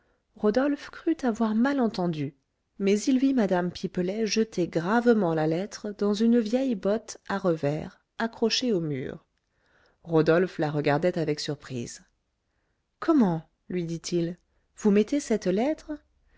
rodolphe crut avoir mal entendu mais il vit mme pipelet jeter gravement la lettre dans une vieille botte à revers accrochée au mur rodolphe la regardait avec surprise comment lui dit-il vous mettez cette lettre